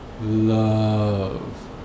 love